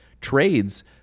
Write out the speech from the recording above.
trades